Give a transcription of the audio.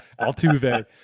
Altuve